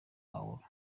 pawulo